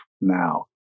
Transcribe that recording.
now